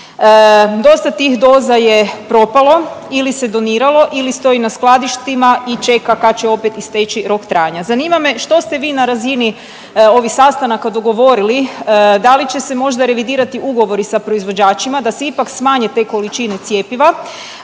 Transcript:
Dosta tih doza je propalo ili se doniralo ili stoji na skladištima i čeka kad će opet isteći rok trajanja. Zanima me što ste vi na razini ovih sastanaka dogovorili? Da li će se možda revidirati sa proizvođačima da se ipak smanje te količine cjepiva?